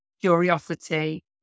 curiosity